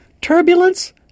turbulence